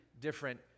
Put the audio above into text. different